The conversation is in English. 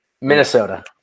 Minnesota